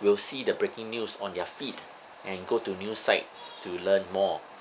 will see the breaking news on their feed and go to news sites to learn more